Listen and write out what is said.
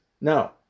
No